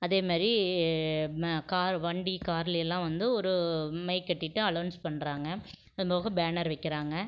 அதே மாரி கார் வண்டி கார்லேயெல்லாம் வந்து ஒரு மைக் கட்டிவிட்டு அலௌன்ஸ் பண்ணுறாங்க அதுபோக பேனர் வைக்கிறாங்க